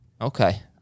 Okay